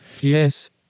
yes